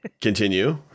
continue